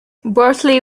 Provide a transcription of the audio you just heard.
bartley